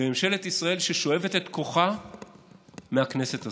בממשלת ישראל, ששואבת את כוחה מהכנסת הזאת.